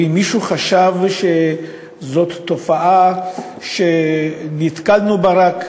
ואם מישהו חשב שזאת תופעה שנתקלנו בה רק,